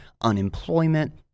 unemployment